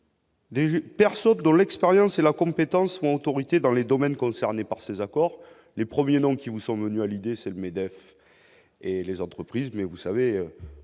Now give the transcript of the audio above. y a personne dans l'expérience et la compétence font autorité dans les domaines concernés par ces accords. Les premiers noms qui vous sont venus à l'idée, c'est le MEDEF et les entreprises, mais vous savez,